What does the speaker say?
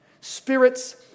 Spirits